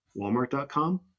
Walmart.com